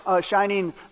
shining